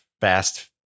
fast